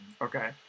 Okay